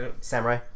Samurai